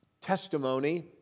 testimony